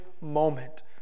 moment